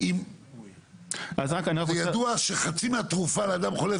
זה ידוע שחצי מהתרופה לאדם חולה,